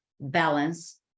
balance